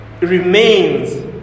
remains